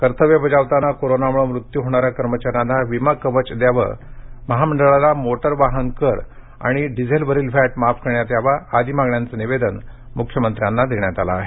कर्तव्य बजावताना कोरोनामूळे मृत्यू होणाऱ्या कर्मचाऱ्यांना विमा कवच द्यावं महामंडळाला मोटार वाहन कर आणि डिझेलवरील व्हॅट माफ करण्यात यावा आदी मागण्यांचे निवेदन मुख्यमंत्र्यांना देण्यात आलं आहे